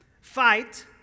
fight